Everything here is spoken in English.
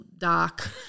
dark